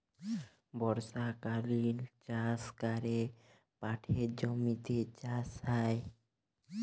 বর্ষকালীল চাষ ক্যরে পাটের জমিতে চাষ হ্যয়